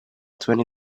twenty